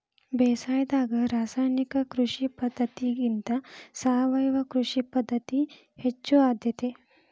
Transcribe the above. ಬೇಸಾಯದಾಗ ರಾಸಾಯನಿಕ ಕೃಷಿ ಪದ್ಧತಿಗಿಂತ ಸಾವಯವ ಕೃಷಿ ಪದ್ಧತಿಗೆ ಹೆಚ್ಚು ಆದ್ಯತೆ